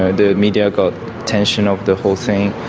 ah the media got attention of the whole thing.